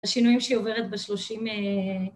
השינויים שהיא עוברת בשלושים...